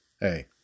hey